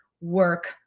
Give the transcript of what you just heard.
work